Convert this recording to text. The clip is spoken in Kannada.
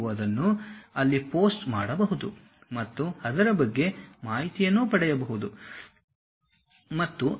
ನೀವು ಅದನ್ನು ಅಲ್ಲಿ ಪೋಸ್ಟ್ ಮಾಡಬಹುದು ಮತ್ತು ಅದರ ಬಗ್ಗೆ ಮಾಹಿತಿಯನ್ನು ಪಡೆಯುವ ಸ್ಥಿತಿಯಲ್ಲಿ ನೀವು ಇರುತ್ತೀರಿ